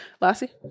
Lassie